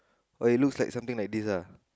why it looks like something like this ah